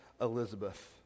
Elizabeth